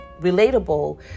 relatable